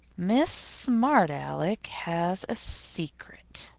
miss smart alec has a secret!